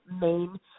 main